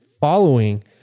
following